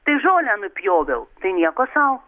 tai žolę nupjoviau tai nieko sau